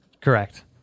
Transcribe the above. Correct